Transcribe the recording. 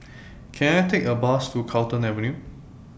Can I Take A Bus to Carlton Avenue